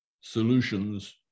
solutions